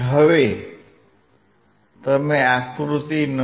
હવે તમે આકૃતિ નં